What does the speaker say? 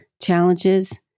challenges